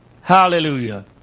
Hallelujah